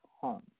home